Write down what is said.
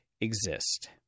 exist